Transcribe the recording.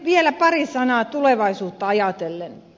vielä pari sanaa tulevaisuutta ajatellen